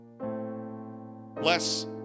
Bless